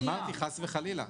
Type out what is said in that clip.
אני אמרתי חס וחלילה.